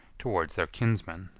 towards their kinsman,